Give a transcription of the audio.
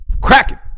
Cracking